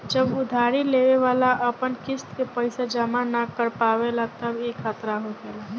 जब उधारी लेवे वाला अपन किस्त के पैसा जमा न कर पावेला तब ई खतरा होखेला